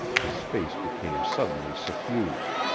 his face became suddenly suffused,